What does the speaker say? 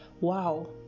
wow